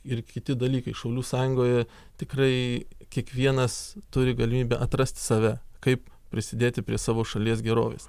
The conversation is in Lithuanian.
ir kiti dalykai šaulių sąjungoje tikrai kiekvienas turi galimybę atrast save kaip prisidėti prie savo šalies gerovės